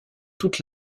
toute